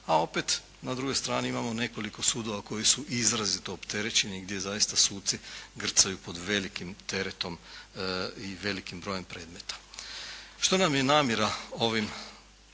a opet na drugoj strani imamo nekoliko sudova koji su izrazito opterećeni i gdje zaista suci grcaju pod velikim teretom i velikim brojem predmeta. Što nam je namjera ovim